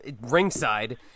ringside